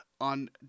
on